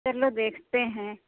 चलो देखते हैं